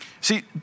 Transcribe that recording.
See